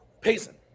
Payson